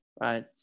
right